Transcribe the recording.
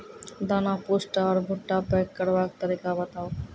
दाना पुष्ट आर भूट्टा पैग करबाक तरीका बताऊ?